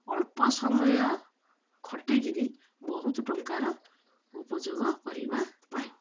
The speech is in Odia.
ଅଳ୍ପ ସମୟ ଖଟିକିରି ବହୁତ ଟଙ୍କାର ଉପଯୋଗ କରିବା ପାଇଁ